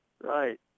Right